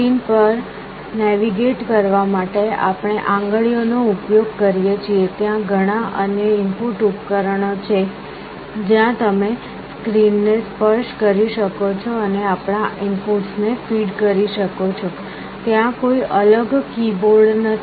screen પર navigate કરવા માટે આપણે આંગળીઓનો ઉપયોગ કરીએ છીએ ત્યાં ઘણા અન્ય ઇનપુટ ઉપકરણો છે જ્યાં તમે સ્ક્રીન ને સ્પર્શ કરી શકો છો અને આપણા ઇનપુટ્સને ફીડ કરી શકો છો ત્યાં કોઈ અલગ કીબોર્ડ નથી